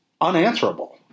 unanswerable